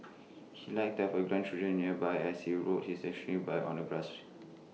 he liked to have grandchildren nearby as he rode his stationary bike on the grass she